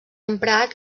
emprat